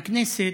בכנסת,